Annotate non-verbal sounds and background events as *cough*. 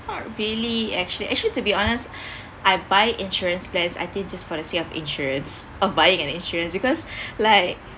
not really actually actually to be honest *breath* I buy insurance plans I think it just for the sake of insurance of buying an insurance because like